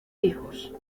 hijos